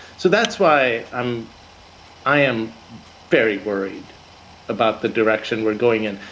so that's why i'm i am very worried about the direction we're going in.